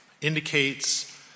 indicates